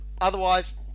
Otherwise